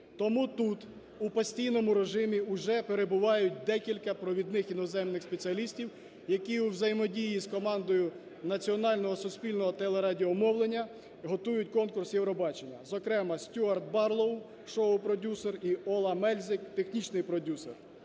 Тому тут у постійному режимі вже перебувають декілька провідних іноземних спеціалістів, які у взаємодії з командою національного Суспільного телерадіомовлення готують конкурс Євробачення. Зокрема Стюарт Барлоу, шоу-продюсер, і Ола Мельзиг, технічний продюсер.